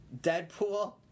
Deadpool